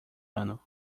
ano